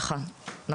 נכון.